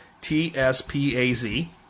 T-S-P-A-Z